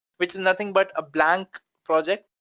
it's nothing but a blank project.